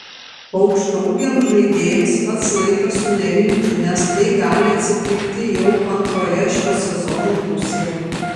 aukštaūgiams žaidėjams pats laikas sunerimti nes tai gali atsitikti jau antroje šio sezono pusėje